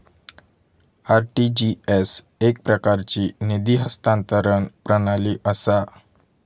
RTGS एकप्रकारची निधी हस्तांतरण प्रणाली असा